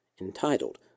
entitled